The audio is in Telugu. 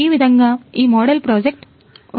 ఈ విధంగా మా మోడల్ ప్రాజెక్ట్ ఉంది